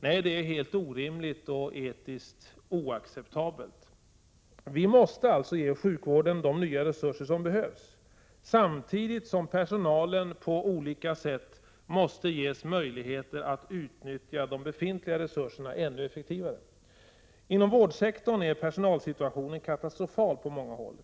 Nej, det är helt orimligt och etiskt oacceptabelt. Vi måste alltså ge sjukvården de nya resurser som behövs, samtidigt som personalen på olika sätt måste ges möjligheter att utnyttja de befintliga resurserna ännu effektivare. Inom vårdsektorn är personalsituationen katastrofal på många håll.